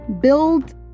build